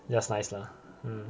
just nice lah mm